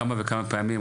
כמה וכמה פעמים,